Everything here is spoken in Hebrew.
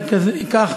בבקשה.